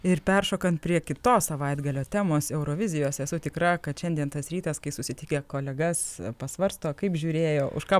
ir peršokant prie kitos savaitgalio temos eurovizijos esu tikra kad šiandien tas rytas kai susitikę kolegas pasvarsto kaip žiūrėjo už ką